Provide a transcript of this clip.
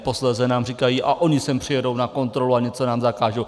Posléze nám říkají: a oni sem přijedou na kontrolu a něco nám zakážou.